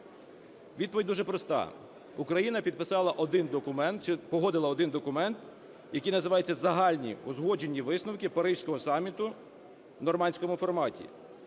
підписала один документ, чи погодила один документ, який називається "Загальні узгоджені висновки Паризького саміту в "нормандському форматі".